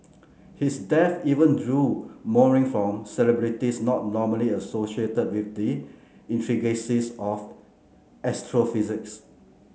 his death even drew mourning from celebrities not normally associated with the intricacies of astrophysics